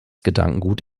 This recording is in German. gedankengut